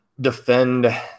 defend